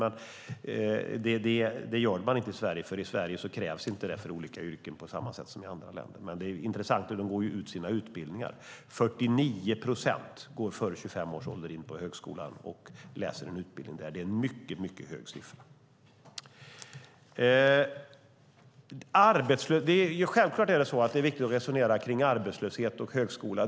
Man tar inte ut sin examen i Sverige eftersom examen inte krävs på samma sätt som i andra länder för olika yrken. Det intressanta är att ungdomarna går färdigt sina utbildningar. 49 procent av ungdomarna går före 25 års ålder in på högskolan och läser en utbildning där. Det är en mycket hög siffra. Det är självklart viktigt att resonera om arbetslöshet och högskola.